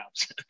jobs